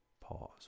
Pause